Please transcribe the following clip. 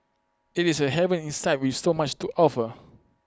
IT is A haven inside with so much to offer